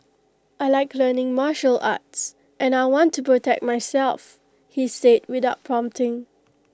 I Like learning martial arts and I want to protect myself he said without prompting